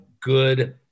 good